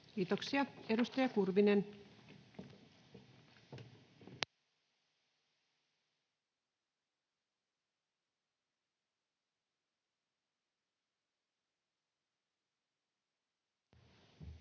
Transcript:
Kiitoksia. — Edustaja Kurvinen. [Speech